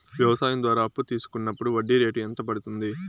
వ్యవసాయం ద్వారా అప్పు తీసుకున్నప్పుడు వడ్డీ రేటు ఎంత పడ్తుంది